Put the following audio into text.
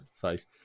face